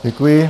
Děkuji.